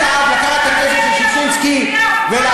מי דאג לקחת את הכסף של ששינסקי ולהפוך